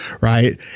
right